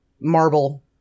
marble